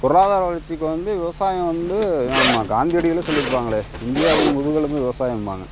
பொருளாதார வளர்ச்சிக்கு வந்து விவசாயம் வந்து ஆமா காந்தியடிகளே சொல்லியிருப்பாங்களே இந்தியாவின் முதுகெலும்பு விவசாயம்பாங்க